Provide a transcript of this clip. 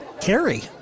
carry